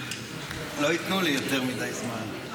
אבל לא ייתנו לי יותר מדי זמן.